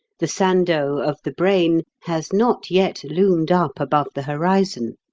the sandow of the brain has not yet loomed up above the horizon.